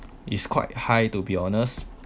is quite high to be honest